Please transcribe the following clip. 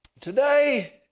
Today